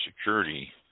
Security